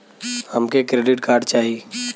हमके credit card चाही